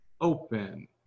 open